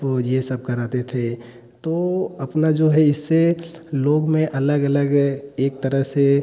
और यह सब करते थे तो अपना जो है इससे लोग में अलग अलग एक तरह से